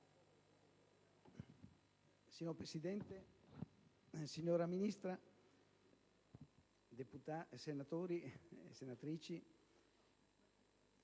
Signor Presidente, signora Ministro, senatori e senatrici,